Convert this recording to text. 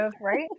right